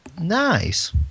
nice